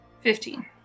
Fifteen